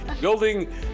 building